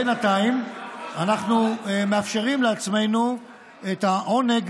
בינתיים אנחנו מאפשרים לעצמנו את העונג